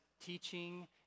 teaching